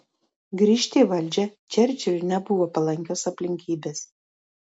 grįžti į valdžią čerčiliui nebuvo palankios aplinkybės